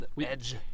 Edge